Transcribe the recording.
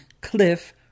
Cliff